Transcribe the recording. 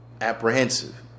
apprehensive